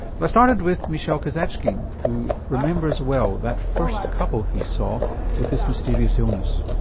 but i started with michel kazatchkine who remembers well that first couple he saw with this mysterious illness.